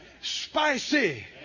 spicy